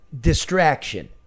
distraction